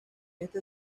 este